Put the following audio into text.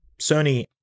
Sony